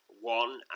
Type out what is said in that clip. one